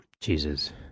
Jesus